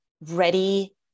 ready